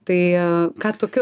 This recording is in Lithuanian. tai ką tokiu